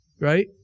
right